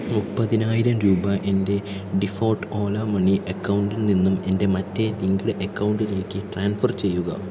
മുപ്പതിനായിരം രൂപ എൻ്റെ ഡിഫോൾട്ട് ഓല മണി അക്കൗണ്ടിൽ നിന്നും എൻ്റെ മറ്റേ ലിങ്ക്ഡ് അക്കൗണ്ടിലേക്ക് ട്രാൻസ്ഫർ ചെയ്യുക